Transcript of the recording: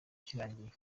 kirangiye